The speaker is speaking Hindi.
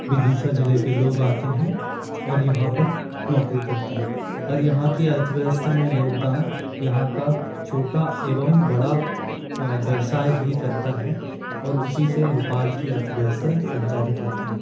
विदीशा ज़िले के लोग आते हैं और यहाँ पर नौकरी करते हैं पर यहाँ की अर्थव्यवस्था में योगदान यहाँ का छोटा एवं बड़ा व्यवसाय ही करता है और उसी से भोपाल की अर्थव्यवस्था संचालित होती है